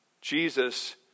Jesus